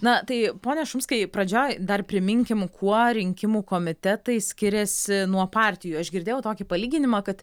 na tai pone šumskai pradžioj dar priminkim kuo rinkimų komitetai skiriasi nuo partijų aš girdėjau tokį palyginimą kad